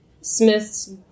Smith's